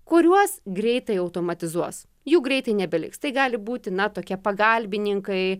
kuriuos greitai automatizuos jų greitai nebeliks tai gali būti na tokie pagalbininkai